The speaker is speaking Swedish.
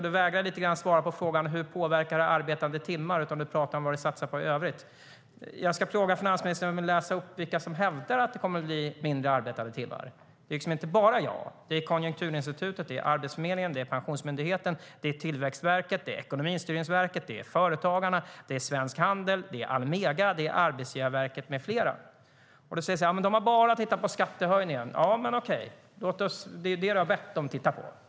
Du vägrar lite grann att svara på frågan: Hur påverkar det antalet arbetade timmar? Du pratar om vad du satsar på i övrigt. Du säger: Ja, men de har bara tittat på skattehöjningen. Ja, men det är det du har bett dem att titta på.